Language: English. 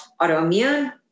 autoimmune